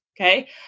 Okay